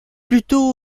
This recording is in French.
plutôt